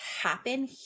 happen